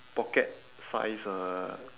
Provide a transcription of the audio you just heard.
pocket size uh